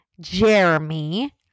jeremy